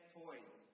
toys